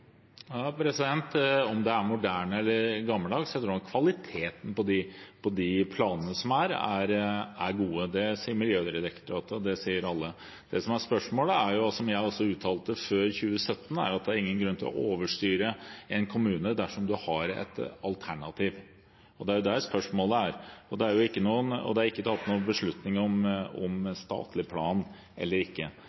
Om det er moderne eller gammeldags – jeg tror nok kvaliteten på de planene som er, er gode. Det sier Miljødirektoratet, og det sier alle. Det som er spørsmålet – som jeg også uttalte før 2017 – er at det er ingen grunn til å overstyre en kommune dersom man har et alternativ. Det er der spørsmålet er. Det er ikke tatt noen beslutning om statlig plan eller ikke. Det vi trenger å gjøre, er å se mye bredere på hvordan vi skal behandle farlig avfall i årene framover. Da handler dette om,